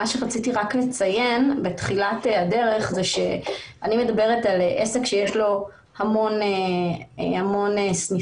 רציתי לציין שאני מדברת על עסק שיש לו המון סניפים.